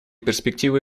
перспективы